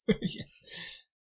Yes